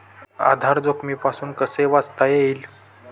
आधार जोखमीपासून कसे वाचता येईल?